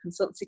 consultancy